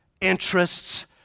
interests